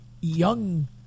young